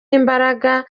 imbaraga